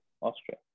Austria